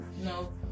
No